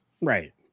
right